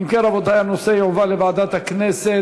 אם כן, רבותי, הנושא יועבר לוועדת הכנסת